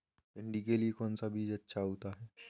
भिंडी के लिए कौन सा बीज अच्छा होता है?